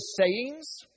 sayings